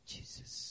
Jesus